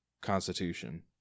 constitution